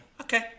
Okay